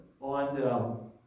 on